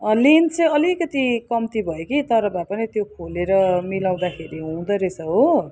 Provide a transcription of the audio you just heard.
length चाहिँ अलिकति कम्ति भयो कि तर भए पनि त्यो खोलेर मिलाउँदाखेरि हुँदो रहेछ हो